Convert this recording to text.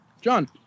John